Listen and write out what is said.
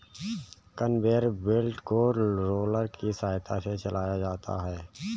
conveyor belt को roller की सहायता से चलाया जाता है